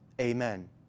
Amen